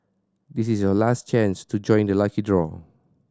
this is your last chance to join the lucky draw